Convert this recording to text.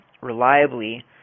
reliably